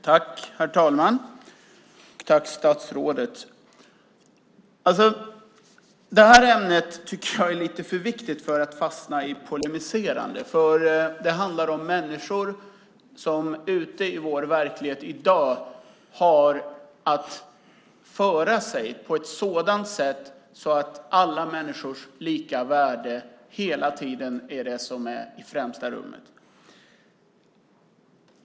Herr talman! Först vill jag rikta ett tack till statsrådet. Det här ämnet är, tycker jag, lite för viktigt för att fastna i ett polemiserande. Det handlar om människor som ute i vår verklighet i dag har att föra sig på ett sådant sätt att alla människors lika värde hela tiden är i främsta rummet.